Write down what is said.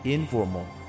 Informal